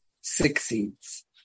succeeds